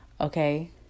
Okay